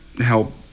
help